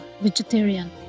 vegetarian